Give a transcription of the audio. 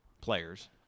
Players